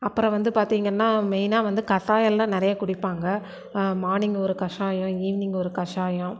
அப்புறம் வந்து பார்த்திங்கன்னா மெயின்னாக வந்து கஷாயம்லாம் நிறைய குடிப்பாங்கள் மார்னிங் ஒரு கஷாயம் ஈவினிங் ஒரு கஷாயம்